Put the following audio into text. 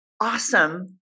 awesome